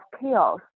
chaos